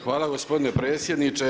Hvala gospodine predsjedniče.